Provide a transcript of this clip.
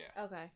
Okay